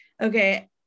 okay